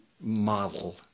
model